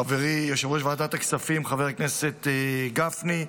חברי יושב-ראש ועדת הכספים חבר הכנסת גפני,